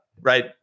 right